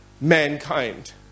mankind